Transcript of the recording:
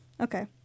Okay